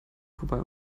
vorbei